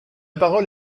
parole